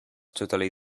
totally